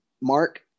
Mark